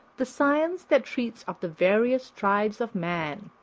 the science that treats of the various tribes of man,